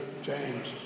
James